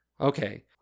Okay